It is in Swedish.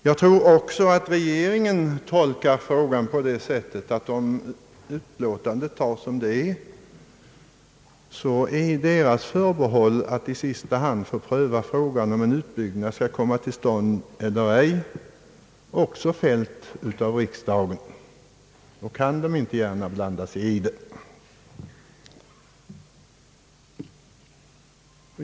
Jag tror också att regeringen tolkar denna fråga på det sättet att om utlåtandet antages oförändrat har också förbehållet att regeringen i sista hand skall få pröva frågan om huruvida en utbyggnad skall komma till stånd eller ej förfallit genom riksdagens ställningstagande; under sådana förhållanden kan regeringen inte gärna blanda sig i frågan.